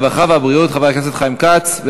הרווחה והבריאות חבר הכנסת חיים כץ.